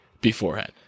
beforehand